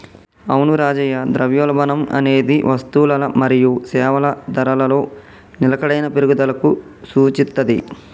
అవును రాజయ్య ద్రవ్యోల్బణం అనేది వస్తువులల మరియు సేవల ధరలలో నిలకడైన పెరుగుదలకు సూచిత్తది